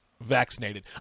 vaccinated